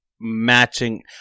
matching